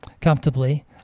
comfortably